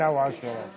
לסעיף 9